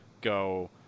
go